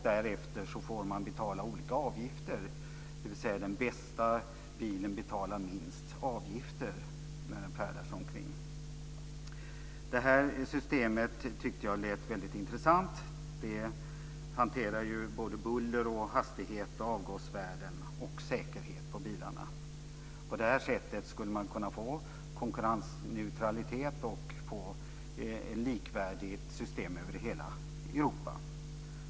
Därefter får man betala olika avgifter, dvs. den bästa bilen betalar minst avgift när den färdas omkring. Det här systemet tyckte jag lät väldigt intressant. Det hanterar buller, hastighet, avgasvärden och säkerhet på bilarna. På det här sättet skulle man kunna få konkurrensneutralitet och få ett likvärdigt system över hela Europa.